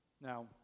Now